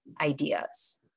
ideas